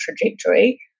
trajectory